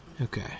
Okay